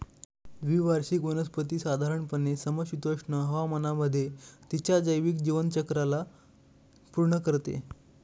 द्विवार्षिक वनस्पती साधारणपणे समशीतोष्ण हवामानामध्ये तिच्या जैविक जीवनचक्राला पूर्ण करते